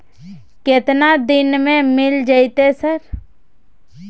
केतना दिन में मिल जयते सर?